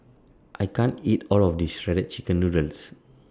I can't eat All of This Shredded Chicken Noodles